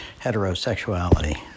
heterosexuality